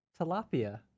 tilapia